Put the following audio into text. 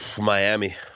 Miami